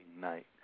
night